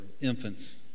infants